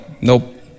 nope